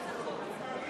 נא לקרוא לשר